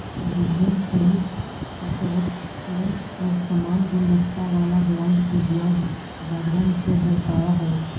विभिन्न परिपक्वतवन पर समान गुणवत्ता वाला बॉन्ड के ब्याज दरवन के दर्शावा हई